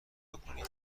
بکنید